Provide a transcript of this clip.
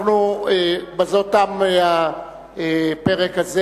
בזאת תם הפרק הזה